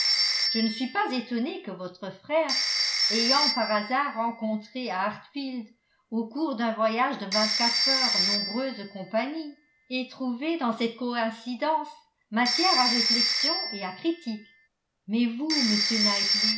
je ne suis pas étonnée que votre frère ayant par hasard rencontré à hartfield au cours d'un voyage de vingt-quatre heures nombreuse compagnie ait trouvé dans cette coïncidence matière à réflexion et à critique mais vous m